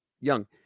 young